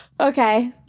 okay